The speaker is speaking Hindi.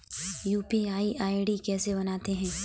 यू.पी.आई आई.डी कैसे बनाते हैं?